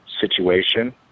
situation